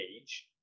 age